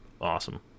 awesome